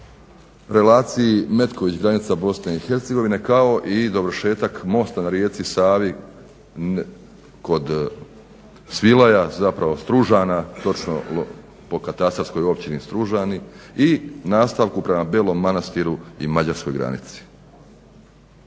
relaciji Metković-granica BIH kao i dovršetak mosta na rijeci Savi kroz Svilaja, zapravo Stružana, točno po katastarskoj općini Stružani i nastavku prema Belom Manastiru i mađarskoj granici.